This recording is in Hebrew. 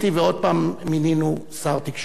ועוד פעם מינינו שר תקשורת.